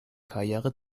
karriere